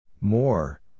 More